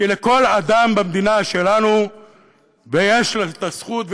כי לכל אדם במדינה שלנו יש את הזכות,